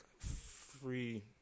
three